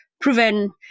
proven